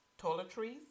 toiletries